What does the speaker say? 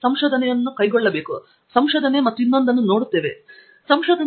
ಸಂಶೋಧನೆಯೊಂದನ್ನು ಕೈಗೊಳ್ಳಿ ಅಥವಾ ನಾವು ಸಂಶೋಧನೆ ಮತ್ತು ಇನ್ನೊಂದನ್ನು ನೋಡುತ್ತೇವೆ